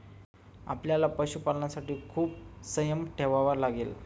आपल्याला पशुपालनासाठी खूप संयम ठेवावा लागेल